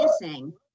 missing